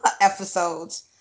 episodes